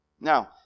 now